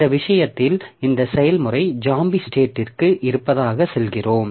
இந்த விஷயத்தில் இந்த செயல்முறை ஜாம்பி ஸ்டேட்டிற்கு இருப்பதாக சொல்கிறோம்